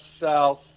south